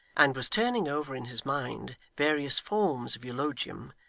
and was turning over in his mind various forms of eulogium,